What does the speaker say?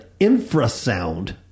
infrasound